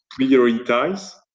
prioritize